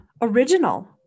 original